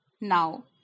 Now